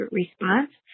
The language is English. response